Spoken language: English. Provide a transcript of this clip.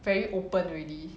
very open already